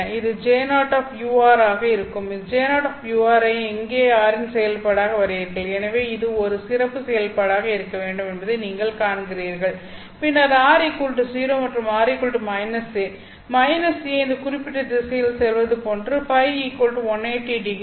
இது J0 ஆக இருக்கும் இந்த J0 ஐ இங்கே r இன் செயல்பாடாக வரைகிறீர்கள் எனவே இது ஒரு சிறப்பு செயல்பாடாக இருக்க வேண்டும் என்பதை நீங்கள் காண்கிறீர்கள் பின்னர் r a மற்றும் r a a இந்த குறிப்பிட்ட திசையில் செல்வது போன்ற ϕ 180 டிகிரி